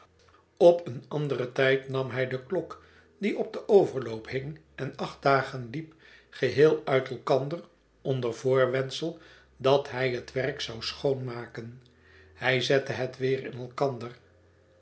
op een anderen tijd nam hij de klok die op den overloop hing en acht dagen liep geheel uit elkander onder voorwendsel dat hij het werk zou schoon maken hij zette het weer in elkander